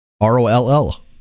R-O-L-L